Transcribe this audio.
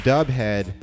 Dubhead